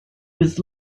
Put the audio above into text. with